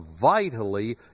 vitally